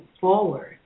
forward